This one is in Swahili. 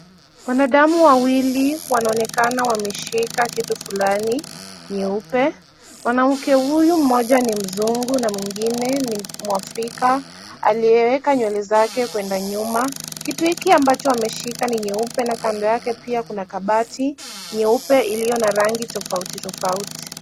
Wanadamu wawili wanaonekana wameshika kitu fulani nyeupe ,mwanamke huyu mmoja ni mzungu na mwingine ni mwafrika ,aliyeeka nywele zake kwenda nyuma kitu hiki ambacho ameshika ni nyeupe na kando yake ni kabati iliyo na rangi tofauti tofauti.